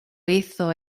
hizo